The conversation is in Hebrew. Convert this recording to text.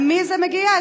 על מי זה מגיע?